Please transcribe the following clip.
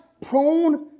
prone